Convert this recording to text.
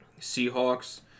Seahawks